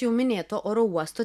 jau minėto oro uosto